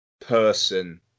person